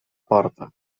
porta